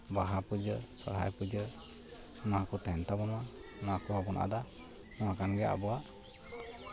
ᱵᱟᱦᱟ ᱯᱩᱡᱟᱹ ᱥᱚᱨᱦᱟᱭ ᱯᱩᱡᱟᱹ ᱚᱱᱟ ᱠᱚ ᱛᱟᱦᱮᱱ ᱛᱟᱵᱳᱱ ᱢᱟ ᱚᱱᱟ ᱠᱚᱦᱚᱸ ᱵᱟᱵᱚᱱ ᱟᱫᱼᱟ ᱱᱚᱣᱟ ᱠᱟᱱ ᱜᱮᱭᱟ ᱟᱵᱚᱣᱟᱜ